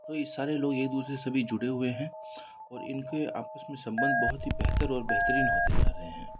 तो यह सारे लोग एक दूसरे से सभी जुड़े हुए हैं और इनके आपस में सम्बंध बहुत ही बेहतर और बेहतरीन होते जा रहे हैं